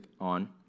on